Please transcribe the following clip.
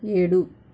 ఏడు